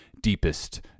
Deepest